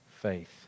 faith